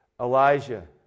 Elijah